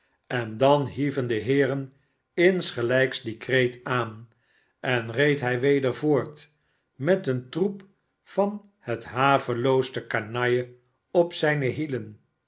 en dan hieven de heeren insgehjks dien kreet aan en reed hij weder voort met een troep van het havelooste canaille op zijiie hielen